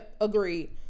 agreed